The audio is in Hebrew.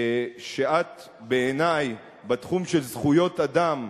שאת בעיני בתחום של זכויות אדם,